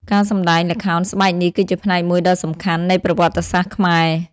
ការសម្តែងល្ខោនស្បែកនេះគឺជាផ្នែកមួយដ៏សំខាន់នៃប្រវត្តិសាស្ត្រខ្មែរ។